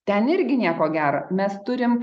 ten irgi nieko gera mes turim